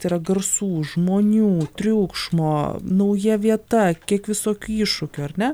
tai yra garsų žmonių triukšmo nauja vieta kiek visokių iššūkių ar ne